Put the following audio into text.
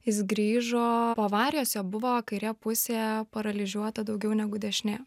jis grįžo po avarijos jo buvo kairė pusė paralyžiuota daugiau negu dešinė